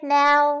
now